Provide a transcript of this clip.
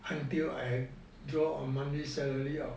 until I draw on monthly salary of